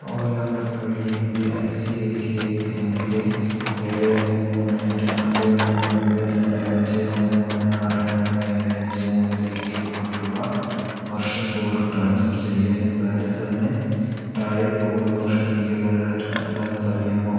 ഓല money വഴി എൻ്റെ I C I C I ബാങ്കിലെ ഏഴ് ഒന്ന് മൂന്ന് എട്ട് നാല് ഒന്ന് ഒമ്പത് രണ്ട് അഞ്ച് ഒന്ന് മൂന്ന് ആറ് മൂന്ന് ഏഴ് അഞ്ച് മൂന്നിലേക്ക് ഇരുന്നൂറ് രൂപ വർഷം തോറും ട്രാൻസ്ഫർ ചെയ്യാനും ബാലൻസതിന് താഴെ പോകുന്ന പക്ഷം എനിക്കൊരലേർട്ട് നൽകാനും കഴിയാമോ